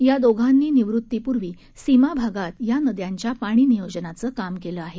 या दोघांनी निवृत्तीपूर्वी सीमाभागात या नद्यांच्या पाणी नियोजनाचं काम केलं आहे